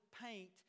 paint